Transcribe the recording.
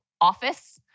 office